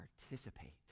participate